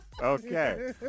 Okay